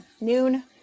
noon